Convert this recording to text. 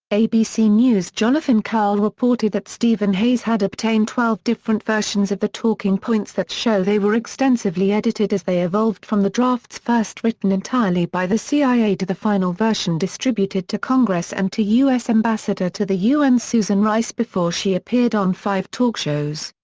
abc news' jonathan karl reported that stephen hayes had obtained twelve different versions of the talking points that show they were extensively edited as they evolved from the drafts first written entirely by the cia to the final version distributed to congress and to u s. ambassador to the u n. susan rice before she appeared on five talk shows.